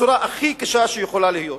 בצורה הכי קשה שיכולה להיות.